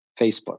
Facebook